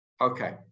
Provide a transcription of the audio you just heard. Okay